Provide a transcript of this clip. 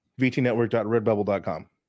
vtnetwork.redbubble.com